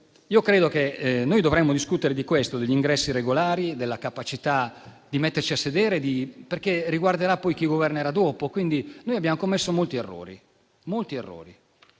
Io credo che noi dovremmo discutere di questo, degli ingressi irregolari, della capacità di mettersi a sedere, perché riguarderà chi governerà dopo. Noi abbiamo commesso molti errori, moltissimi.